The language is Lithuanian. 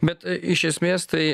bet iš esmės tai